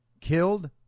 killed